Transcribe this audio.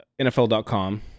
NFL.com